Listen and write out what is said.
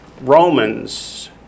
Romans